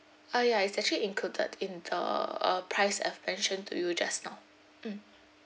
uh ya it's actually included in uh price I've mentioned to you just now mm